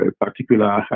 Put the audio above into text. particular